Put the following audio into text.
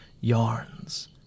yarns